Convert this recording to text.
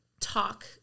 talk